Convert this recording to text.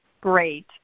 great